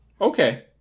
Okay